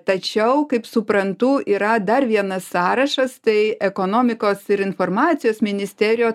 tačiau kaip suprantu yra dar vienas sąrašas tai ekonomikos ir informacijos ministerijo